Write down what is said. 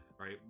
right